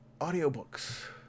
audiobooks